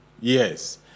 Yes